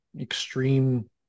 extreme